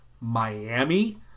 Miami